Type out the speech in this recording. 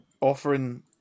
offering